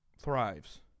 thrives